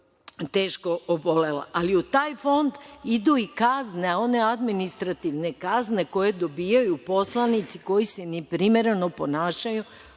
teško obolela. Ali, u taj fond idu i kazne, one administrativne kazne koje dobijaju poslanici koji se ne primereno ponašaju